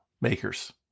makers